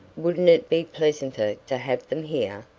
wouldn't it be pleasanter to have them here?